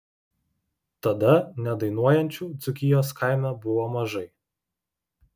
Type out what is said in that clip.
tada nedainuojančių dzūkijos kaime buvo mažai